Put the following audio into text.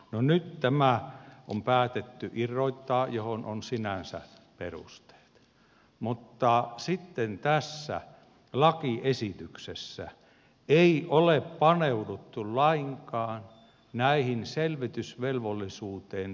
no nyt tämä on päätetty irrottaa mihin on sinänsä perusteet mutta sitten tässä lakiesityksessä ei ole paneuduttu lainkaan selvitysvelvollisuuteen liittyviin kriteereihin